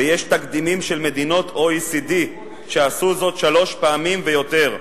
ויש תקדימים של מדינות OECD שעשו זאת שלוש פעמים ויותר.